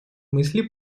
мысли